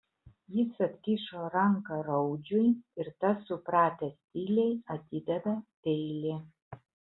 jis atkišo ranką raudžiui ir tas supratęs tyliai atidavė peilį